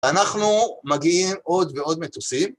אנחנו... מגיעים עוד ועוד מטוסים.